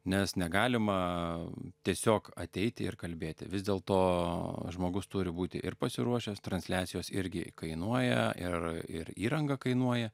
nes negalima tiesiog ateiti ir kalbėti vis dėlto žmogus turi būti ir pasiruošęs transliacijos irgi kainuoja ir ir įranga kainuoja